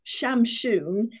Shamshun